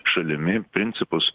šalimi principus